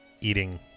eating